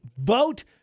Vote